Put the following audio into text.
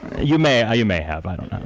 you may, or you may have, i don't know.